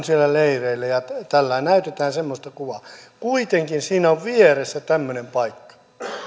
siellä leireillä ja tällä lailla näytetään semmoista kuvaa kuitenkin siinä on vieressä tämmöinen paikka